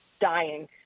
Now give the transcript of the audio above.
dying